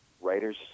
writer's